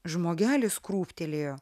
žmogelis krūptelėjo